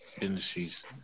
industries